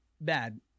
bad